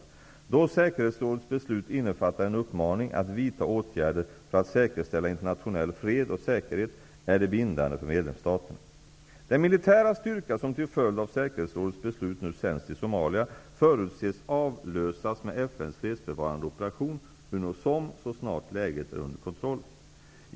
Då säkerhetsrådets beslut innefattar en uppmaning att vidta åtgärder för att säkerställa internationell fred och säkerhet är det bindande för medlemsstaterna. Den militära styrka som till följd av säkerhetsrådets beslut nu sänds till Somalia förutses avlösas med FN:s fredsbevarande operation, UNOSOM, så snart läget är under kontroll.